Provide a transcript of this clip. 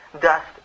Dust